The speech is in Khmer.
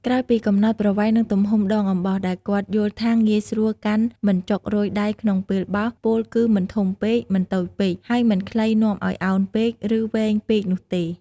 ក្រោយពីកំណត់ប្រវែង និងទំហំដងអំបោស ដែលគាត់យល់ថាងាយស្រួលកាន់មិនចុករយដៃក្នុងពេលបោស ពោលគឺ មិនធំពេក មិនតូចពេក ហើយមិនខ្លីនាំឲ្យអោនពេក រឺវែងពេកនោះទេ។